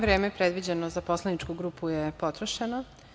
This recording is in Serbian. Vreme predviđeno za poslaničku grupu je potrošeno.